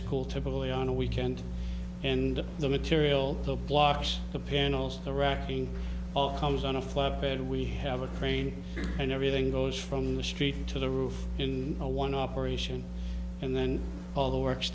school typically on a weekend and the material the blocks the panels the racking all comes on a flatbed we have a crane and everything goes from the street to the roof in a one operation and then all the work's